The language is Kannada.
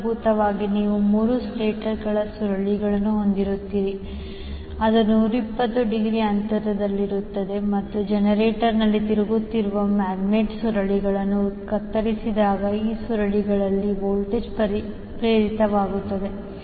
ಮೂಲಭೂತವಾಗಿ ನೀವು 3 ಸೆಟ್ಗಳ ಸುರುಳಿಗಳನ್ನು ಹೊಂದಿರುತ್ತೀರಿ ಅದು 120 ಡಿಗ್ರಿ ಅಂತರದಲ್ಲಿರುತ್ತದೆ ಮತ್ತು ಜನರೇಟರ್ನಲ್ಲಿ ತಿರುಗುತ್ತಿರುವ ಮ್ಯಾಗ್ನೆಟ್ ಸುರುಳಿಗಳನ್ನು ಕತ್ತರಿಸಿದಾಗ ಈ ಸುರುಳಿಗಳಲ್ಲಿ ವೋಲ್ಟೇಜ್ ಪ್ರೇರಿತವಾಗುತ್ತದೆ